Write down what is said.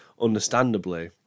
understandably